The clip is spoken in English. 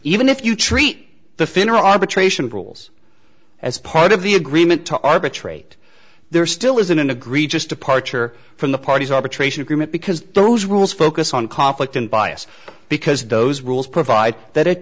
even if you treat the finner arbitration rules as part of the agreement to arbitrate there still isn't an agreed just departure from the parties arbitration agreement because those rules focus on conflict and bias because those rules provide that it